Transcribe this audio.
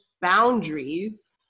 boundaries